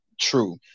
true